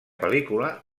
pel·lícula